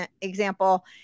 example